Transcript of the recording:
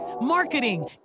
marketing